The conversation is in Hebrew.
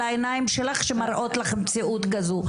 העיניים שלך שמראות לך מציאות כזאת.